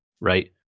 right